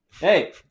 Hey